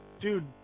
dude